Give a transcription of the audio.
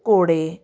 ਘੋੜੇ